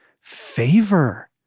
favor